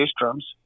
drums